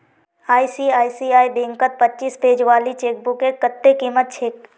ICICI बैंकत पच्चीस page वाली चेकबुकेर कत्ते कीमत छेक